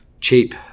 cheap